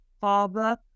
father